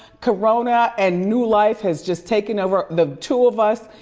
corona and new life has just taken over the two of us.